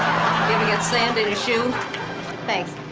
if you got sand in your shoe thanks.